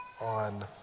on